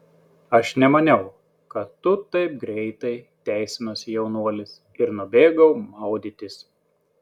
aš nemaniau kad tu taip greitai teisinosi jaunuolis ir nubėgau maudytis